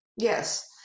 Yes